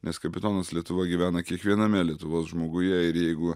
nes kapitonas lietuva gyvena kiekviename lietuvos žmoguje ir jeigu